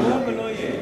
יקום ולא יהיה.